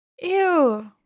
Ew